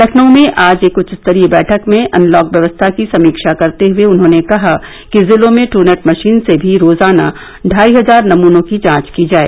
लखनऊ में आज एक उच्च स्तरीय बैठक में अनलॉक व्यवस्था की समीक्षा करते हए उन्होंने कहा कि जिलों में टूनैट मशीन से भी रोजाना ढाई हजार नमूनों की जांच की जाए